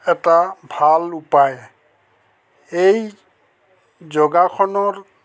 এটা ভাল উপায় এই যোগাসনৰ